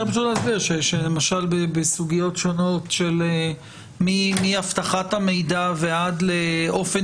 צריך פשוט להסביר שלמשל בסוגיות שונות של מאבטחת המידע ועד לאופן